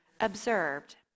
observed